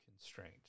constraint